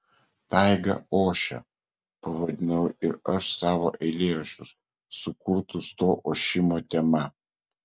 taiga ošia pavadinau ir aš savo eilėraščius sukurtus to ošimo tema